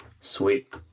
Sweet